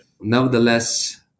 Nevertheless